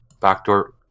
backdoor